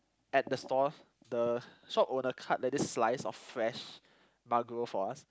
at the stall the shop owner cut the this slice of fresh maguro for us